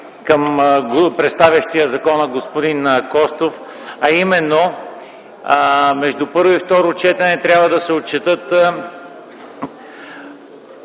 към представящия закона – господин Костов, а именно между първо и второ четене трябва да се отчете